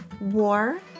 war